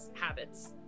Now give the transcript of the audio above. habits